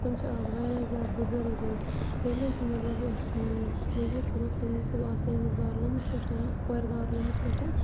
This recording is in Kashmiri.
تِم چھِ آز واریاہ زیادٕ بُزَرٕگ حظ ییٚلہِ حظ مَطلَب نذیٖر صٲبُ نذیٖر صٲب آو سٲنِس دارالعلوٗمَس پٮ۪ٹھ کورِ دارالعلومَس پٮ۪ٹھ